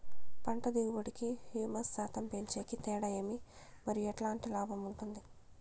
పంట దిగుబడి కి, హ్యూమస్ శాతం పెంచేకి తేడా ఏమి? మరియు ఎట్లాంటి లాభం ఉంటుంది?